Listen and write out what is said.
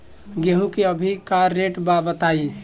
गेहूं के अभी का रेट बा बताई?